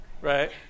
right